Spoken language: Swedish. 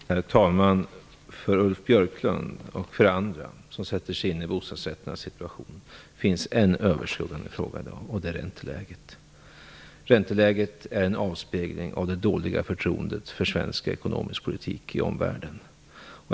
Herr talman! Ulf Björklund och andra som sätter sig in i bostadsrättsföreningarnas situation vet att det i dag finns en överskuggande fråga, och det är ränteläget. Ränteläget är en avspegling av det dåliga förtroendet för svensk ekonomisk politik i omvärlden.